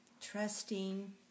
Trusting